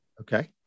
Okay